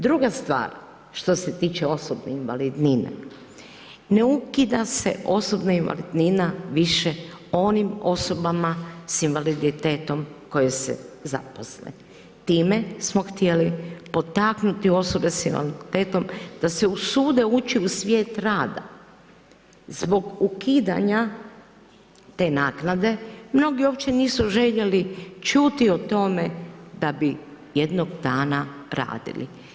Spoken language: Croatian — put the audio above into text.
Druga stvar što se tiče osobne invalidnine, ne ukida se osobna invalidnina više onim osobama s invaliditetom koje se zaposle, time smo htjeli potaknuti osobe s invaliditetom da se usude ući u svijet rada, zbog ukidanja te naknade, mnogi uopće nisu željeli čuti o tome da bi jednog dana radili.